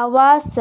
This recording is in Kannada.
ಆವಾಸ